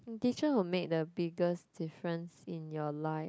teacher will make the biggest difference in your life